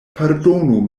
pardonu